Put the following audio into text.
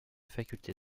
faculté